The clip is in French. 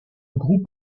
groupe